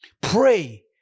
Pray